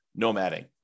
nomading